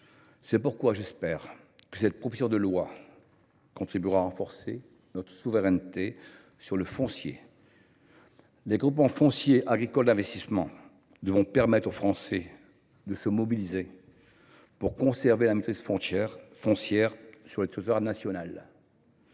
C’est pourquoi j’espère que cette proposition de loi contribuera à renforcer notre souveraineté sur le foncier. Les groupements fonciers agricoles d’investissement devront permettre aux Français de se mobiliser pour conserver la maîtrise foncière sur le territoire national.